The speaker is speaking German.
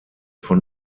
von